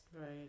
Right